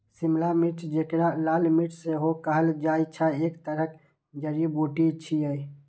शिमला मिर्च, जेकरा लाल मिर्च सेहो कहल जाइ छै, एक तरहक जड़ी बूटी छियै